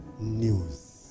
news